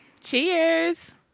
Cheers